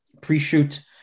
pre-shoot